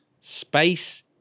Space